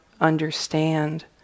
understand